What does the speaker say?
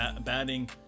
batting